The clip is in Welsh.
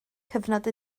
cyfnod